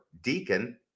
Deacon